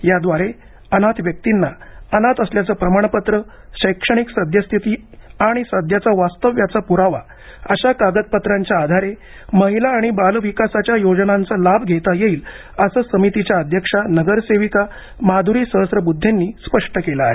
याद्वारे अनाथ व्यक्तींना अनाथ असल्याचे प्रमाणपत्र शैक्षणिक सद्यःस्थिती आणि सध्याच्या वास्तव्याचा पुरावा अशा कागदपत्रांच्या आधारे महिला आणि बालविकासाच्या योजनांचा लाभ घेता येईल असं समितीच्या अध्यक्षा नगरसेविका माधुरी सहस्रबुद्धे यांनी स्पष्ट केलं आहे